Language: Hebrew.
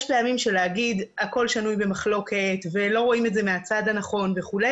יש פעמים שלהגיד שהכול שנוי במחלוקת ולא רואים את זה מהצד הנכון וכו',